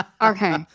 Okay